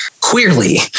queerly